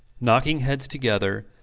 knocking heads together,